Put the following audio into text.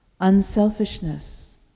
Unselfishness